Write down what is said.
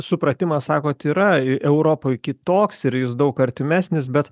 supratimas sakot yra europoj kitoks ir jis daug artimesnis bet